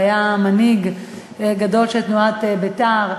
שהיה מנהיג גדול של תנועת בית"ר,